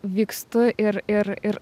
vykstu ir ir ir